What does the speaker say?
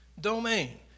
Domain